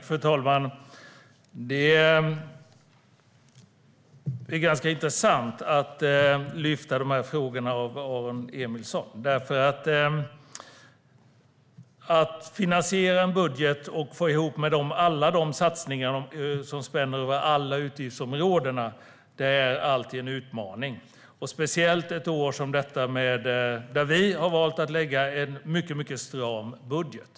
Fru talman! Det är ganska intressant att lyfta frågorna av Aron Emilsson. Att finansiera en budget och få ihop alla satsningar som spänner över alla utgiftsområden är nämligen alltid en utmaning, speciellt ett år som detta, då vi har valt att lägga en mycket stram budget.